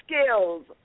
skills